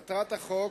מטרת החוק